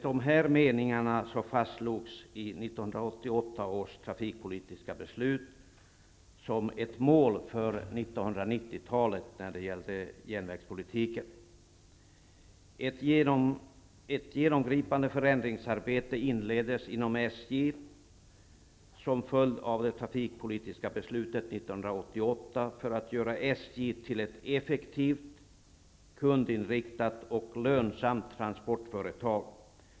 Detta fastslogs i 1988 års trafikpolitiska beslut som ett mål för 1990-talet när det gäller järnvägspolitiken. Ett genomgripande förändringsarbete inleddes inom SJ som en följd av det trafikpolitiska beslutet 1988 för att göra SJ till ett effektivt, kundinriktat och lönsamt transportföretag.